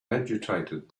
agitated